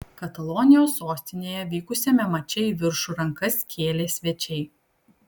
katalonijos sostinėje vykusiame mače į viršų rankas kėlė svečiai